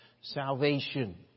salvation